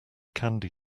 candy